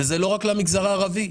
ולא רק למגזר הערבי.